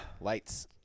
Lights